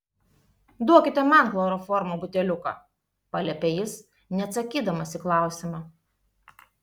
duokite man chloroformo buteliuką paliepė jis neatsakydamas į klausimą